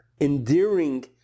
endearing